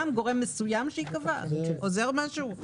אבל ההסכמה שהוא צריך להביא צריכה להיות הסכמה לביטוח שמותר לו לרכוש.